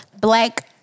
Black